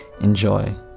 Enjoy